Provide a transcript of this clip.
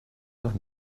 noch